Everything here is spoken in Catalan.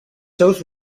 seus